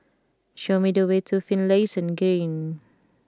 show me the way to Finlayson Green